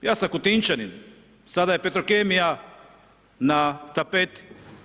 Ja sam Kutinčanin, sada je Petrokemija na tapeti.